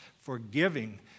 forgiving